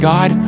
God